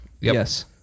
Yes